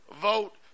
vote